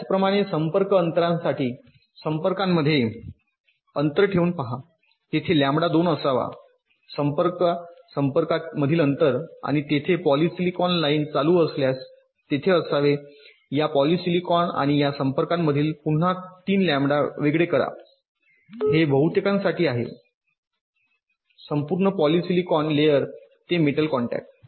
त्याचप्रमाणे संपर्क अंतरासाठी संपर्कांमधे अंतर ठेवून पहा तेथे लॅम्बडा २ असावा संपर्क संपर्कांमधील अंतर आणि तेथे पॉलिसिलिकॉन लाइन चालू असल्यास तेथे असावे या पॉलिसिलिकॉन आणि या संपर्कांमधील पुन्हा 3 लॅम्बडा वेगळे करा हे बहुतेकसाठी आहे संपर्क पॉलिसिलिकॉन लेयर ते मेटल कॉन्टॅक्ट